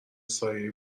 سایه